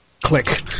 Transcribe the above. Click